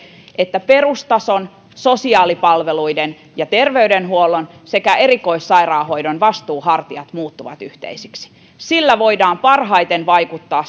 että perustason sosiaalipalveluiden ja terveydenhuollon sekä erikoissairaanhoidon vastuuhartiat muuttuvat yhteisiksi sillä voidaan parhaiten vaikuttaa